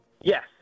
yes